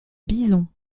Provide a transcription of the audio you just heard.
bison